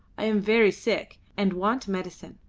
i am very sick, and want medicine.